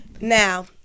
now